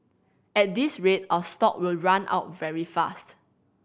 at this rate our stock will run out very fast